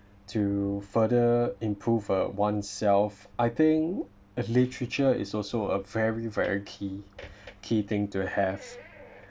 to further improve uh oneself I think literature is also a very very key key thing to have